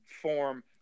form